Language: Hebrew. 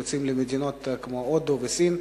יצאו למדינות כמו הודו וסין.